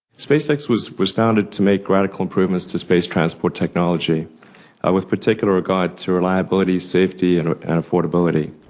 space-x like was was founded to make radical improvements to space transport technology with particular regard to reliability, safety and affordability.